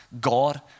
God